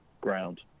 ground